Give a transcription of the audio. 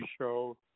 show